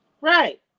right